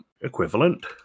equivalent